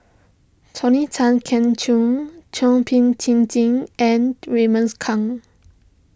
Tony Tan Keng Joo Thum Ping Tjin and Raymond's Kang